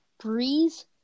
Breeze